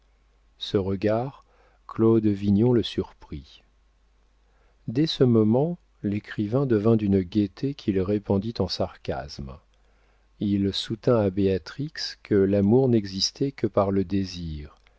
ce regard claude vignon le surprit dès ce moment l'écrivain devint d'une gaieté qu'il répandit en sarcasmes il soutint à béatrix que l'amour n'existait que par le désir